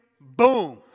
boom